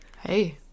hey